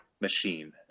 machine